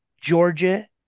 Georgia